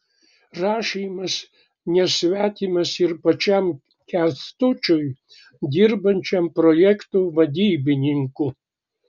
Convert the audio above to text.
rašymas nesvetimas ir pačiam kęstučiui dirbančiam projektų vadybininku